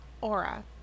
aura